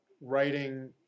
writing